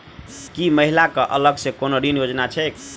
की महिला कऽ अलग सँ कोनो ऋण योजना छैक?